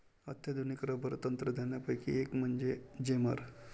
अत्याधुनिक रबर तंत्रज्ञानापैकी एक म्हणजे जेमर